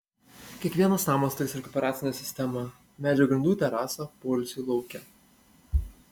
kiekvienas namas turės rekuperacinę sistemą medžio grindų terasą poilsiui lauke